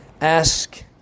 Ask